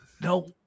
No